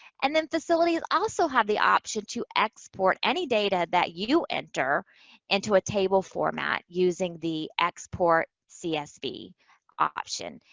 and then facilities also have the option to export any data that you enter into a table format using the export csv option.